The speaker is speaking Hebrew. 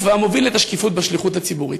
והמוביל את השקיפות בשליחות הציבורית,